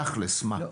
תכל'ס, מה?